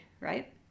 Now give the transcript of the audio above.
right